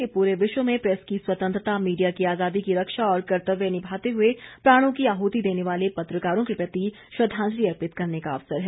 यह पूरे विश्व में प्रेस की स्वतंत्रता मीडिया की आजादी की रक्षा और कर्तव्य निभाते हुए प्राणों की आहृति देने वाले पत्रकारों के प्रति श्रद्धांजलि अर्पित करने का अवसर है